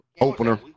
Opener